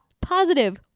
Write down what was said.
Positive